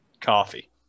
coffee